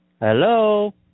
Hello